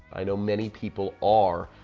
i know many people are,